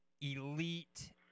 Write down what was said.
elite